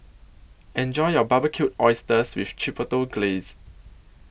Enjoy your Barbecued Oysters with Chipotle Glaze